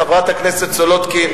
חברת הכנסת סולודקין,